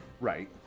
Right